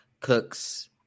Cooks